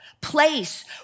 place